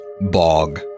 bog